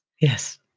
Yes